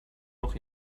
auch